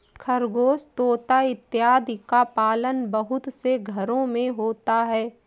खरगोश तोता इत्यादि का पालन बहुत से घरों में होता है